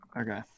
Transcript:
Okay